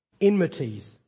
enmities